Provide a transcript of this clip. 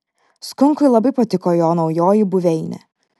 skunkui labai patiko jo naujoji buveinė